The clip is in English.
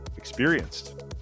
experienced